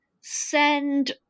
send